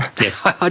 Yes